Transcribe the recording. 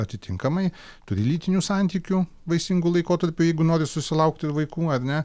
atitinkamai turi lytinių santykių vaisingu laikotarpiu jeigu nori susilaukti vaikų ar ne